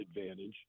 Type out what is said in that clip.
advantage